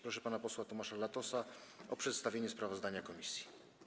Proszę pana posła Tomasza Latosa o przedstawienie sprawozdania komisji.